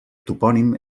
topònim